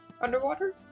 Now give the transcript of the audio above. Underwater